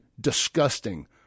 disgusting